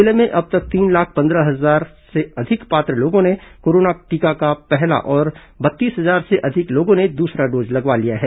जिले में अब तक तीन लाख पंद्रह हजार से अधिक पात्र लोगों ने कोरोना टीका का पहला और बत्तीस हजार से अधिक लोगों ने दूसरा डोज लगवा लिया है